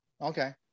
Okay